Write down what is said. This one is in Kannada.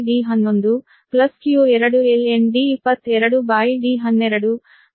ಆದ್ದರಿಂದ ಈ ಸಮೀಕರಣ 5 ಆಗುತ್ತದೆ 12π0 m 1 ರಿಂದ 4 qmln D2mD1m